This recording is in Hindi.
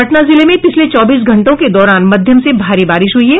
पटना जिले में पिछले चौबीस घंटों के दौरान मध्यम से भारी बारिश हुई है